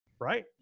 right